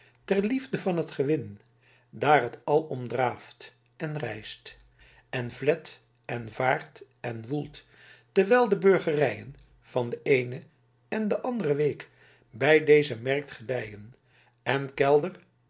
ter liefde van t gewin daer t al om draeft en reist en vlet en vaert en woelt terwijl de burgeryen van d eene aen d'andere weeck bij deze merckt gedyen en kelder